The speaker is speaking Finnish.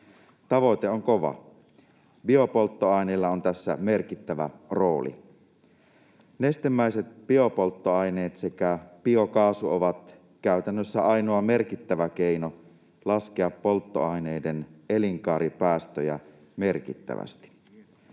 Tavoite on kova. Biopolttoaineilla on tässä merkittävä rooli. Nestemäiset biopolttoaineet sekä biokaasu ovat käytännössä ainoa merkittävä keino laskea polttoaineiden elinkaaripäästöjä merkittävästi.